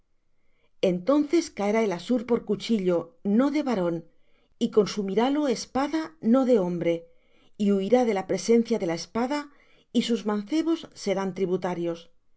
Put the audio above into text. entonces caerá el assur por cuhillo no de varón y consumirálo espada no de hombre y huirá de la presencia de la espada y sus mancebos serán tributarios